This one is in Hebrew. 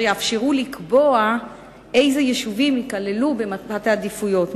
יאפשרו לקבוע אילו יישובים ייכללו במפת העדיפויות.